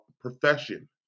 profession